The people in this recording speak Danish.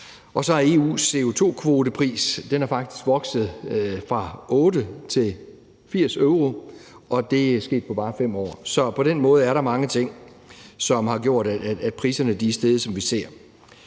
og så er EU's CO2-kvotepris faktisk vokset fra 8 euro til 80 euro, og det er sket på bare 5 år. Så på den måde er der mange ting, som har gjort, at priserne er steget, som vi har